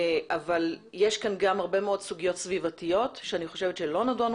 אבל יש כאן גם הרבה מאוד סוגיות סביבתיות שאני חושבת שלא נדונו